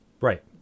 Right